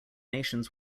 nations